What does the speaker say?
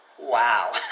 wow